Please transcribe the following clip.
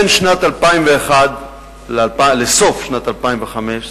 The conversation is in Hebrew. בין שנת 2001 לסוף שנת 2005,